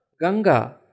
Ganga